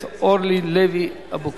הרווחה והבריאות להכנתה לקריאה ראשונה.